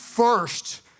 First